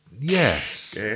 Yes